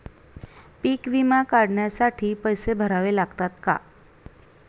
पीक विमा काढण्यासाठी पैसे भरावे लागतात का?